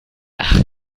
ach